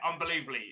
unbelievably